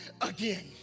again